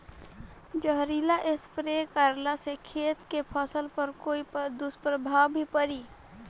जहरीला स्प्रे करला से खेत के फसल पर कोई दुष्प्रभाव भी पड़ी?